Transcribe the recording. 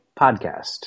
Podcast